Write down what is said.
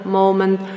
moment